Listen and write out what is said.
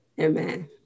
Amen